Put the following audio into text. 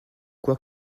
quoi